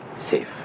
safe